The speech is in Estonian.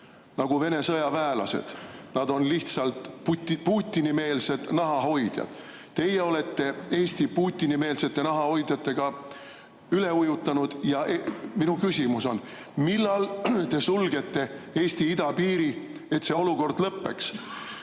nagu Vene sõjaväelased. Nad on lihtsalt Putini-meelsed nahahoidjad. Teie olete Eesti Putini-meelsete nahahoidjatega üleujutanud. Ja minu küsimus on: millal te sulgete Eesti idapiiri, et see olukord lõpeks?